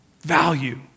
value